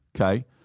okay